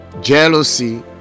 jealousy